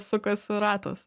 sukasi ratas